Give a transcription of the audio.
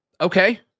Okay